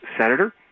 senator